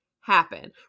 happen